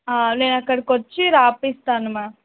నేను అక్కడికొచ్చి రాయిస్తాను మా